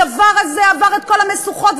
הדבר הזה עבר את כל המשוכות,